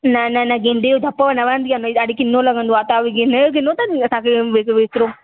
न न गेंदे जो धप्पो न वणंदी आ भई ॾाढो किनो लॻंदो आहे तव्हां गेंदे जो गिनो असांखे वि विकरो